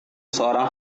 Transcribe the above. seorang